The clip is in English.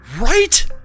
Right